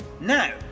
Now